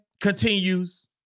continues